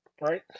right